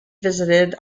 visited